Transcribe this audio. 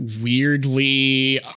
weirdly